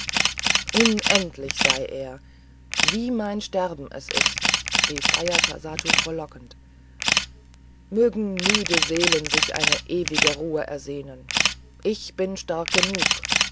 unendlich sei er wie mein streben es ist rief ajatasattu frohlockend mögen müde seelen sich eine ewige ruhe ersehnen ich bin stark genug